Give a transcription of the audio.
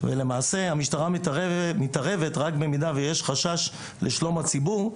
ולמעשה, המשטרה מתערבת רק אם יש חשש לשלום הציבור,